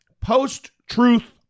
post-truth